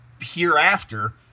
hereafter